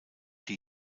die